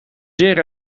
zeer